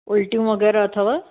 उलिटियुं वग़ैरह अथव